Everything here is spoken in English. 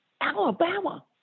Alabama